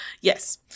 Yes